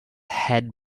head